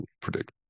predict